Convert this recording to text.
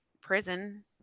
prison